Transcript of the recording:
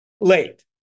late